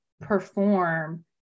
perform